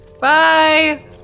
Bye